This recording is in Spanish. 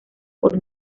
por